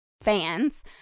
fans